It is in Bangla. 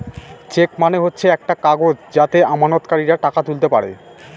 চেক মানে হচ্ছে একটা কাগজ যাতে আমানতকারীরা টাকা তুলতে পারে